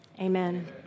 amen